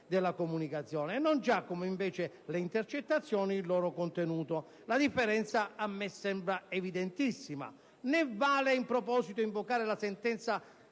della comunicazione e non già, come invece le intercettazioni, il suo contenuto. La differenza a me sembra evidentissima. Né vale in proposito invocare la sentenza